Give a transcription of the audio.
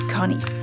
Connie